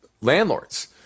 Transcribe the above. landlords